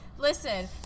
Listen